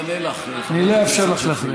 אני אענה לך, חברת הכנסת שפיר.